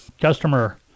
customer